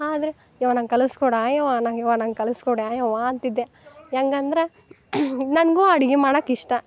ಆದ್ರೆ ಯವ್ ನನಗೆ ಕಲ್ಸ್ಕೊಡಾ ಯವ್ವ ನನಗೆ ಯವ್ವಾ ನನಗೆ ಕಲ್ಸ್ಕೊಡಾ ಯವ್ವಾ ಅಂತಿದ್ದೆ ಹೆಂಗಂದ್ರೆ ನನಗೂ ಅಡ್ಗಿ ಮಾಡಕ್ಕಿಷ್ಟ